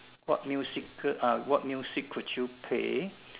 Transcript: what music ah what music could you play